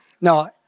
no